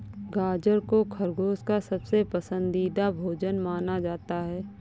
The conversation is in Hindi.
गाजर को खरगोश का सबसे पसन्दीदा भोजन माना जाता है